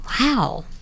wow